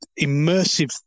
immersive